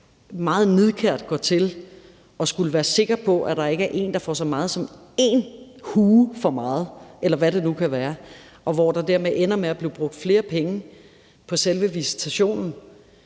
meget nidkært går til at skulle være sikker på, at der ikke er en, der får så meget som en hue for meget, eller hvad det nu kunne være, og der dermed ender med at blive brugt flere penge på selve visitationen